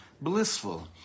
blissful